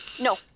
No